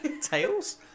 Tails